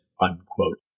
unquote